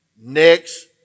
Next